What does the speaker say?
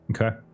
Okay